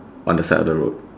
on the side of the road